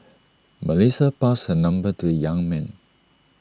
Melissa passed her number to the young man